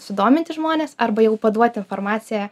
sudominti žmones arba jau paduot informaciją